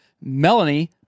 Melanie